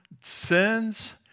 sins